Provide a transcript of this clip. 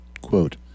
Quote